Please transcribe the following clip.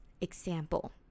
example